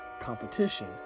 competition